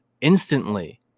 instantly